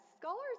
scholars